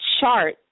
chart